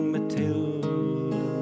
Matilda